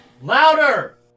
Louder